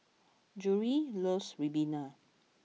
Gerri loves Ribena